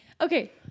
Okay